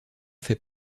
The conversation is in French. fait